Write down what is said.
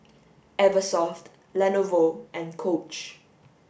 Eversoft Lenovo and Coach